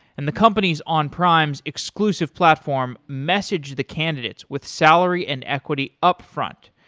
and the companies on prime's exclusive platform, message the candidates with salary and equity upfront.